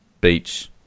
beach